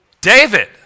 David